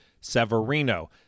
Severino